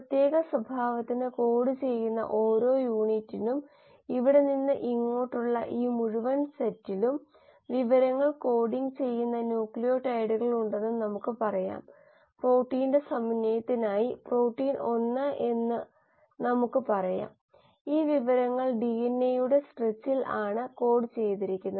വൃത്തിയുള്ള ഒരു അവസ്ഥയുടെ ആവശ്യകത നമ്മൾ പരിശോധിച്ചു ആദ്യം നമ്മൾ ബയോറിയാക്ടറിലെ എല്ലാ സൂക്ഷ്മാണുക്കളെയും കൊല്ലുന്നു